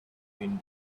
been